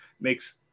makes